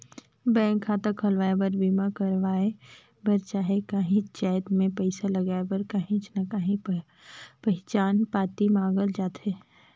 bank खाता खोलवाए बर, बीमा करवाए बर चहे काहींच जाएत में पइसा लगाए बर काहीं ना काहीं पहिचान पाती मांगल जाथे